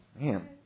man